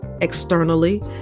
externally